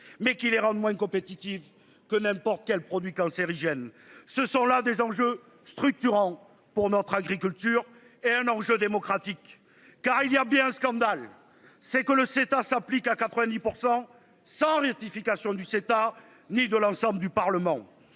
Mais qui les rendent moins compétitifs que n'importe quel produit cancérigène. Ce sont là des enjeux structurants pour notre agriculture est un enjeu démocratique car il y a bien un scandale c'est que le CETA s'applique à 90% sans justification du CETA ni de l'ensemble du Parlement.